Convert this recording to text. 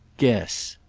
guess!